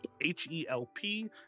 H-E-L-P